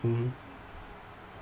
mmhmm